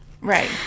right